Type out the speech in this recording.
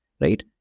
right